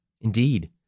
Indeed